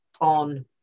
on